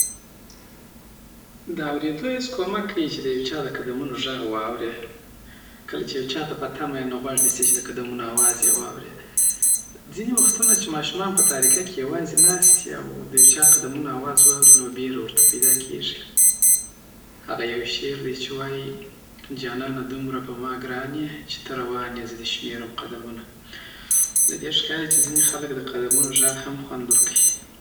داوریدو حس کومک کوی چی دیوچا دقدمونو ږغ واوړی کله چی یوچاته په تمه یی نو غوږ نیسی چی دقدمونو اواز یی واوری ځینی وختونه چی ماشومان په تاریکه کی یوازی ناست یی او دیوچا د قدمونو آواز واوری نو بیره ورته پیدا کیږی هغه یو شعر دی چی وایی جانانه دومره په ما ګران یی چی ته روان یی زه دی شمیرم قدمونه له دی ښکاری چی ځینی خلک د قدمونو ږغ هم خوند ورکوی